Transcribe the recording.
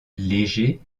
légers